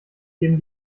geben